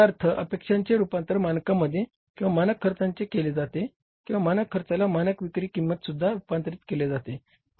म्हणजेच याचा अर्थ अपेक्षांचे रूपांतर मानकामध्ये किंवा मानक खर्चांमध्ये केले जाते किंवा मानक खर्चाला मानक विक्री किंमतीतसुद्धा रुपांतरीत केले जाते